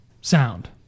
sound